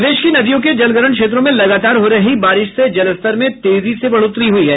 प्रदेश की नदियों के जलग्रहण क्षेत्रों में लगातार हो रही बारिश से जलस्तर में तेजी से बढ़ोतरी हुई है